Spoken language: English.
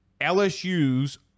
LSU's